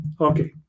okay